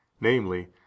namely